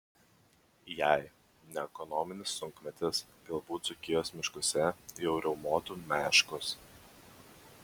jei ne ekonominis sunkmetis galbūt dzūkijos miškuose jau riaumotų meškos